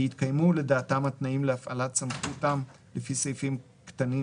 התקיימו לדעתם התנאים להפעלת סמכותם לפי סעיפים קטנים